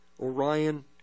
Orion